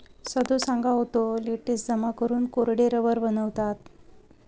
सदो सांगा होतो, लेटेक्स जमा करून कोरडे रबर बनवतत